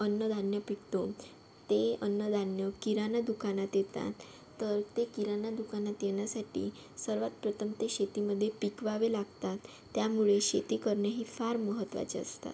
अन्नधान्य पिकतो ते अन्नधान्य किराणा दुकानात देतात तर ते किराणा दुकानात येण्यासाठी सर्वात प्रथम ते शेतीमधे पिकवावे लागतात त्यामुळे शेती करणे हे फार महत्त्वाचे असतात